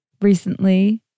recently